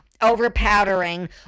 over-powdering